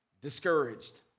discouraged